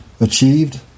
achieved